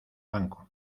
banco